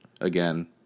again